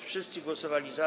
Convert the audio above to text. Wszyscy głosowali za.